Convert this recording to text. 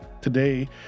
Today